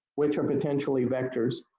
which are potentially vectors,